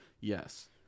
Yes